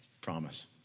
Promise